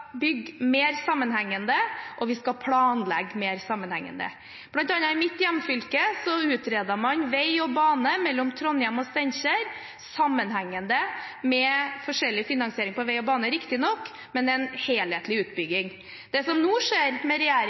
bygge mer sammenhengende, og vi skulle planlegge mer sammenhengende. Blant annet i mitt hjemfylke utredet man vei og bane mellom Trondheim og Steinkjer sammenhengende, riktig nok med forskjellig finansiering på vei og bane, men en helhetlig utbygging. Det som nå skjer med